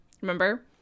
Remember